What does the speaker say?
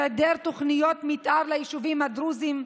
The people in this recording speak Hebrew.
היעדר תוכנית מתאר ליישובים הדרוזיים,